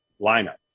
lineup